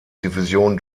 division